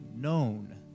known